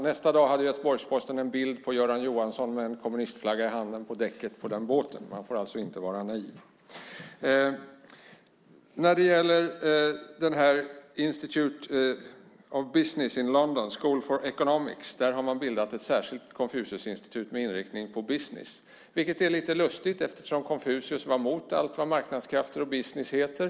Nästa dag hade Göteborgsposten en bild av Göran Johansson med en kommunistflagga i handen på däcket på den båten. Man får alltså inte vara naiv. Vid Institute for business vid London School of Economics har man bildat ett särskilt Konfuciusinstitut med inriktning på business. Det är lite lustigt eftersom Konfucius var emot allt vad marknadskrafter och business heter.